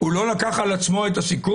הוא לא לקח על עצמו את הסיכון?